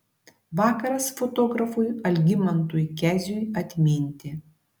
vakaras fotografui algimantui keziui atminti